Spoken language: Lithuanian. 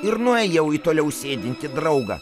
ir nuėjau į toliau sėdintį draugą